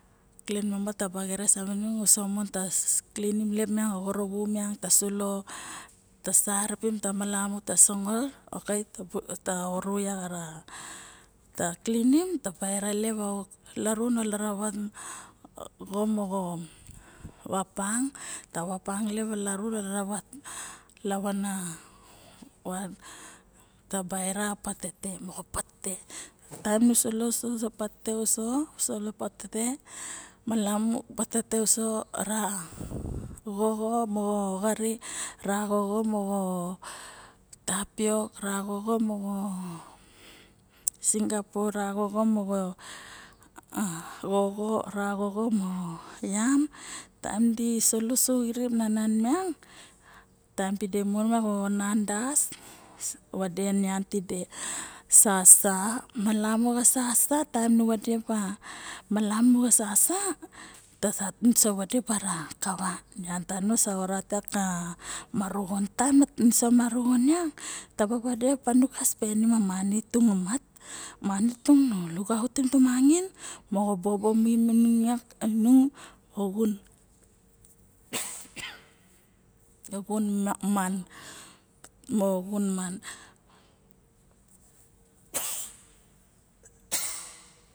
Klen mo mat taba xerexes savinung uso miang ta klimin kep xoro vu ta sulo ta saripim tama lama ok ta oris yak ta stat ta sulo niano taba vapang bang dura o larun. Malamu nusa stat tava sulo niang lagmo xo tainim taem nu sulo patete mo xoxo ma xari ma sixapo ma yam o sulo su na niang taim niang das vade sasa lamu xa sasa taim na vade malamu sasa redi nung kava ilep na nian moxo nian sanarixon yak mo ning ka sperim moni tong onat noo lukautim tomangain mo bob mining yak mo xun man mana xilap